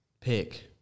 pick